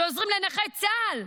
שעוזרים לנכי צה"ל,